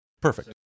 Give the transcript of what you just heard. Perfect